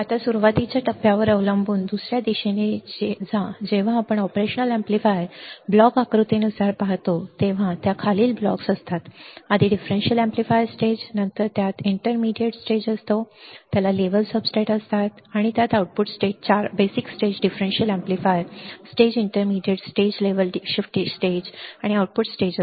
आता सुरुवातीच्या टप्प्यावर अवलंबून दुसऱ्या दिशेने जा जेव्हा आपण ऑपरेशन एम्पलीफायर ब्लॉक आकृतीनुसार पाहतो तेव्हा त्यात खालील ब्लॉक्स असतात आधी डिफरेंशियल एम्पलीफायर स्टेज नंतर त्यात इंटरमीडिएट स्टेज असतो त्याला लेव्हल सबस्ट्रेट्स असतात आणि त्यात output stage 4 basic stage differential amplifier stage intermediate stage level shifter stage आणि आउटपुट स्टेज आहे